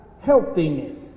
healthiness